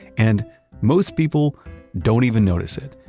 and most people don't even notice it,